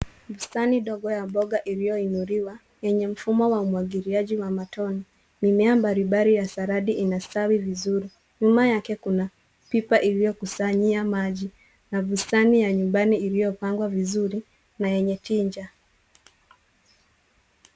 Bustani ndogo ya mboga iliyoinuliwa yenye mfumo wa umwagiliaji wa matone. Mimea mbalimbali ya saladi inastawi vizuri. Nyuma yake kuna pipa iliyokusanyia maji na bustani ya nyumbani iliyopangwa vizuri na yenye tija.